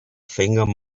finger